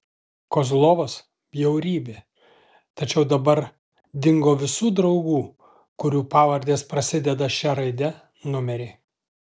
kozlovas bjaurybė tačiau dabar dingo visų draugų kurių pavardės prasideda šia raide numeriai